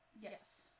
Yes